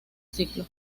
ciclo